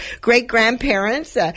great-grandparents